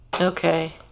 Okay